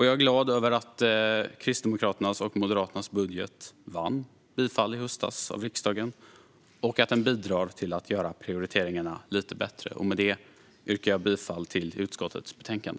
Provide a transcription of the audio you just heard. Jag är glad över att Kristdemokraternas och Moderaternas budget vann bifall i riksdagen i höstas och att den bidrar till att göra prioriteringarna lite bättre. Med detta yrkar jag bifall till utskottets förslag.